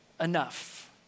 enough